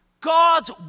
God's